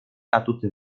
atuty